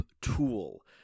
tool